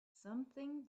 something